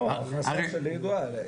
ההכנסה שלי ידועה.